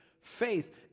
faith